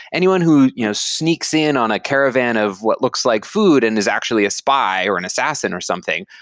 anyone who you know sneaks in on a caravan of what looks like food and is actually a spy or an assassin or something,